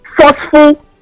forceful